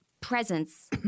presence